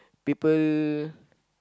people